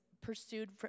pursued